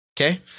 Okay